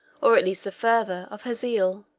or at least the fervor, of her zeal.